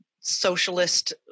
socialist